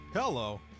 Hello